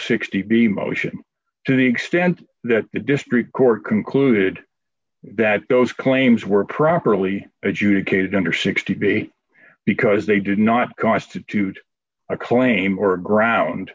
sixty b motion to the extent that the district court concluded that those claims were properly adjudicated under sixteen b because they did not constitute a claim or a ground